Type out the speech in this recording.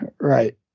right